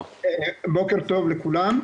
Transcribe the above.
בוקר טוב לכולם.